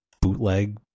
bootleg